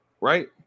Right